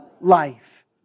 life